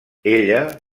ella